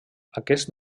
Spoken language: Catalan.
aquest